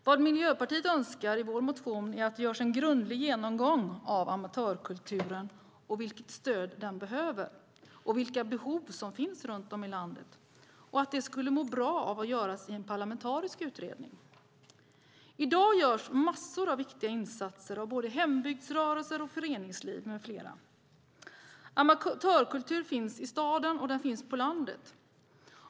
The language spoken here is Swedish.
Vad vi i Miljöpartiet i vår motion önskar är att det görs en grundlig genomgång av amatörkulturen, av vilket stöd den behöver och av vilka behov som finns runt om i landet. Detta skulle må bra av att göras i en parlamentarisk utredning. I dag görs massor av viktiga insatser av både hembygdsrörelser, föreningsliv med flera. Amatörkultur finns i staden och på landet.